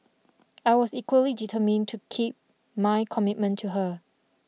I was equally determined to keep my commitment to her